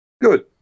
Good